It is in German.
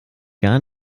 gar